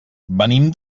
venim